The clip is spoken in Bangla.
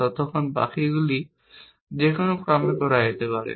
ততক্ষণ বাকিগুলি যে কোনও ক্রমে করা যেতে পারে